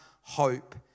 hope